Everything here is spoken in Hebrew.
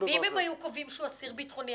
דבר --- ואם הם היו קובעים שהוא אסיר ביטחוני,